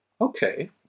okay